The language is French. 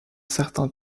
certain